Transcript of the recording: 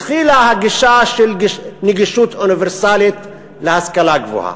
התחילה הגישה של נגישות אוניברסלית של ההשכלה הגבוהה.